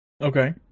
Okay